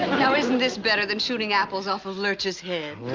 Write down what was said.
now isn't this better than shooting apples off of lurch's head?